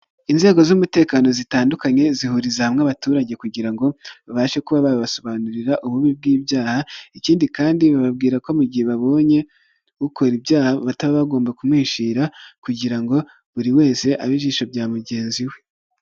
Inzego z'umutekano zitandukanye, zihuririza hamwe abaturage kugira ngo babashe kuba babasobanurira, ububi bw'ibyaha, ikindi kandi bababwira ko mu gihe babonye, ukora ibyaha bataba bagomba kumuhishira kugira ngo buri wese abe ijisho rya mugenzi we.